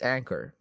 Anchor